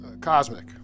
cosmic